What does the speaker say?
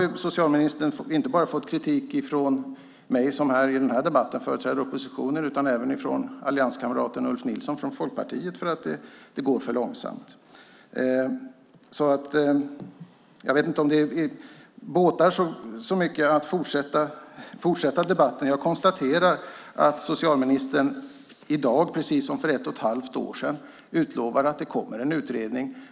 Socialministern har ju nu fått kritik inte bara från mig som i den här debatten företräder oppositionen utan även från allianskamraten Ulf Nilsson från Folkpartiet för att det går för långsamt. Jag vet inte om det båtar särskilt mycket att fortsätta debatten, så jag konstaterar bara att socialministern i dag, precis som för ett och ett halvt år sedan, utlovar att det kommer en utredning.